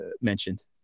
mentioned